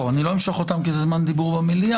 אני לא אמסוך אותן, כי זה זמן דיבור במליאה.